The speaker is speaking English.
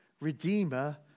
Redeemer